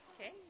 Okay